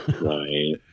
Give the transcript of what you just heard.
right